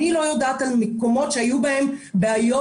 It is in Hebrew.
אני לא יודעת על מקומות שהיו בהם בעיות